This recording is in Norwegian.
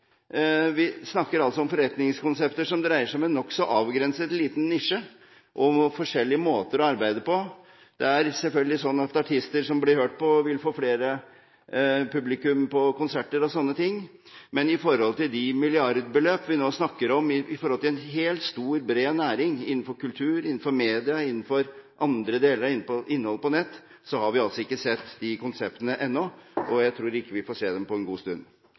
Vi snakker om forretningskonsepter som dreier seg om en nokså avgrenset liten nisje, og om forskjellige måter å arbeide på. Det er selvfølgelig sånn at artister som blir hørt på, vil få større publikum på konserter og sånne ting, men i forhold til de milliardbeløp vi nå snakker om, i forhold til en hel, stor, bred næring innenfor kultur, innenfor media, innenfor andre deler av innhold på nett, har vi altså ikke sett de konseptene ennå – og jeg tror ikke vi får se dem på en god stund.